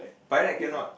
by right cannot